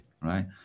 right